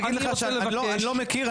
אני אגיד לך שאני לא מכיר,